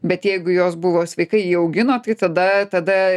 bet jeigu jos buvo sveikai jį augino tai tada tada